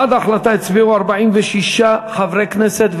בעד ההחלטה הצביעו 46 חברי כנסת,